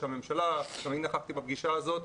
ראש הממשלה, גם אני נכחתי בפגישה הזאת.